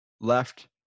left